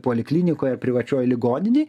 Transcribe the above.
poliklinikoje privačioj ligoninėj